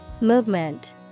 Movement